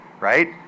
right